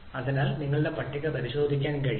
അതിനാൽ നിങ്ങളുടെ പട്ടിക പരിശോധിക്കാൻ കഴിയും